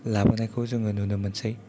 लाबोनायखौ जोङो नुनो मोनसै